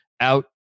out